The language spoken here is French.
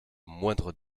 moindre